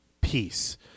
peace